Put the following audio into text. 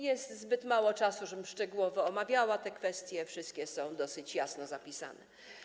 Jest zbyt mało czasu, żebym szczegółowo omawiała te kwestie, wszystkie są dosyć jasno zapisane.